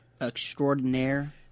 extraordinaire